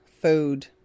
food